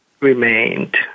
remained